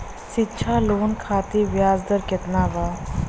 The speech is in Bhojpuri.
शिक्षा लोन खातिर ब्याज दर केतना बा?